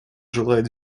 желает